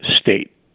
state